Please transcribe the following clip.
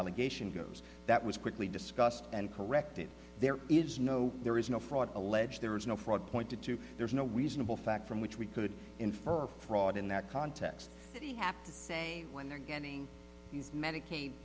allegation goes that was quickly discussed and corrected there is no there is no fraud alleged there is no fraud pointed to there's no reasonable fact from which we could infer fraud in that context you have to say when they're getting these medicaid